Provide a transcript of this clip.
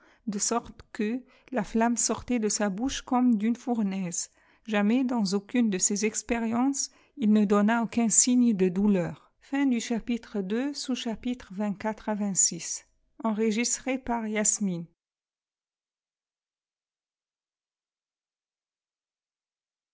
de sorte qiiî flaminc çortaitde sa bouche comme d'une fournaise jamais dans aucune de ces expériences il ne donna aucun sioe de douleur